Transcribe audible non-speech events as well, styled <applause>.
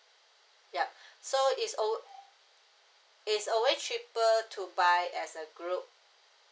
yup <breath> so it's al~ it's always cheaper to buy as a group